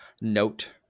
note